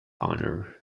honour